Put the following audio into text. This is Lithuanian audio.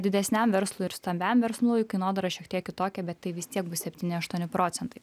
didesniam verslui ir stambiam verslui kainodara šiek tiek kitokia bet tai vis tiek bus septyni aštuoni procentai